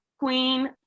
Queen